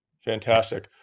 Fantastic